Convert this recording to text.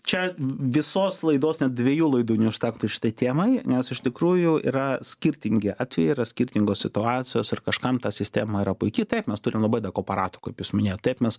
čia visos laidos net dviejų laidų neužtektų šitai temai nes iš tikrųjų yra skirtingi atvejai yra skirtingos situacijos ir kažkam ta sistema yra puiki taip mes turim labai daug aparatų kokius minėjot taip mes